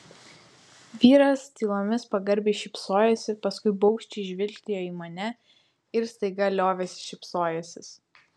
vyras tylomis pagarbiai šypsojosi paskui baugščiai žvilgtelėjo į mane ir staiga liovėsi šypsojęsis